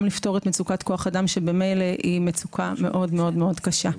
לפתור את מצוקת כוח האדם שממילא היא מצוקה מאוד מאוד קשה.